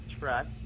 trust